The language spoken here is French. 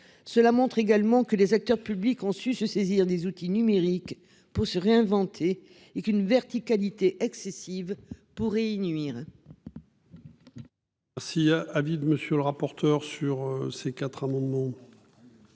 Cela montre également que les acteurs publics ont su se saisir des outils numériques pour se réinventer et qu'une verticalité excessive pourri nuire.